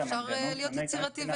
אבל אפשר להיות יצירתי.